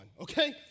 okay